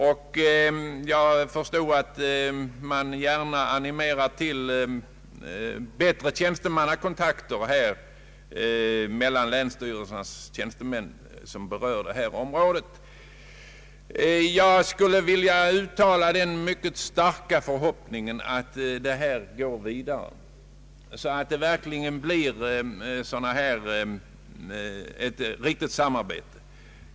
Jag förstår att man gärna animerar till bättre tjänstemannakontakter mellan länsstyrelserna på detta område. Jag skulle vilja uttala den mycket livliga förhoppningen att detta förs vida re, så att det verkligen uppstår ett riktigt samarbete.